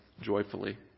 joyfully